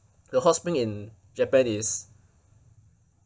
the hot spring in japan is